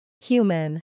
Human